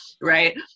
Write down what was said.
right